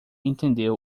entendeu